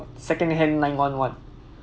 second hand nine one one